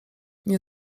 nie